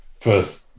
first